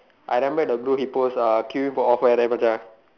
I remember the blue hippos are queuing for offer at right Macha